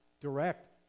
direct